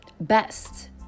best